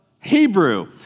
Hebrew